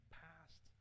past